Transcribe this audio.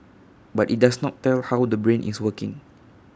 but IT does not tell how the brain is working